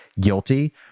guilty